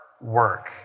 work